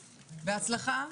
בהצלחה.